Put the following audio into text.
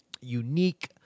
unique